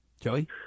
Joey